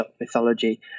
mythology